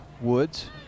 woods